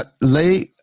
Lay